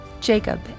Jacob